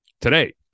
Today